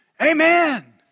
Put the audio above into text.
Amen